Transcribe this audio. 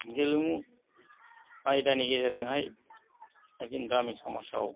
गेलेमु आयदानि गेजेरजोंहाय जों गामि समाजाव